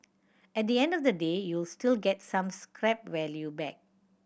at the end of the day you'll still get some scrap value back